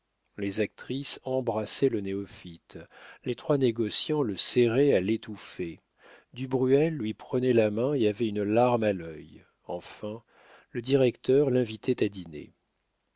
les actrices embrassaient le néophyte les trois négociants le serraient à l'étouffer du bruel lui prenait la main et avait une larme à l'œil enfin le directeur l'invitait à dîner